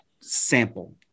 sample